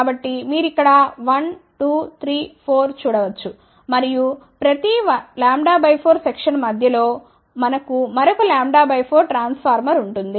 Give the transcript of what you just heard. కాబట్టి మీరు ఇక్కడ 1 2 3 4 చూడవచ్చు మరియు ప్రతి λ 4 సెక్షన్ మధ్య లో మనకు మరొక λ 4 ట్రాన్స్ ఫార్మర్ ఉంది